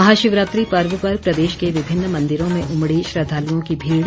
महाशिवरात्रि पर्व पर प्रदेश के विभिन्न मंदिरों में उमड़ी श्रद्धालुओं की भीड़